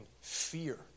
fear